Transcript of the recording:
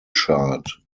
chart